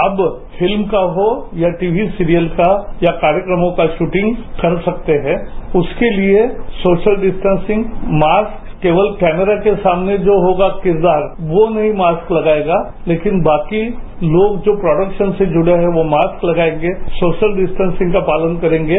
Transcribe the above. अबफिल्म का हो या टीवी सीरियल का या कार्यक्रमों का शूटिंग कर सकते हैं उसके लिए सोशल डिस्टॅसिंग मास्क केवल कैमरा के सामने जो होगाकिरदार वो नहीं मास्क लगाएगालेकिन बाकी लोग जो प्रोडक्शन से जुड़ेहॉ वो मास्क लगाएंगेसोशल डिस्टेंसिंग का पालन करेंगे